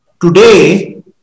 today